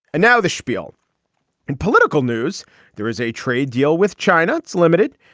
and now the spiel and political news there is a trade deal with china, it's limited.